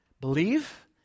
Believe